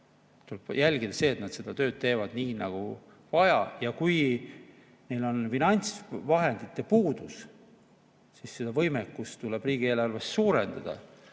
tuleb jälgida, et nad seda tööd teevad nii nagu vaja. Kui neil on finantsvahendite puudus, siis nende võimekust tuleb riigieelarves suurendada